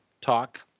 talk